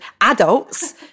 adults